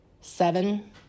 seven